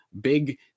big